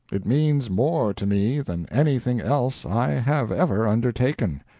it means more to me than anything else i have ever undertaken.